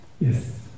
Yes